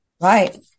Right